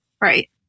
Right